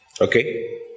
Okay